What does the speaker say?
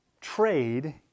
trade